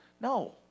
No